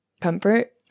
comfort